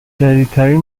جدیدترین